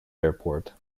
airport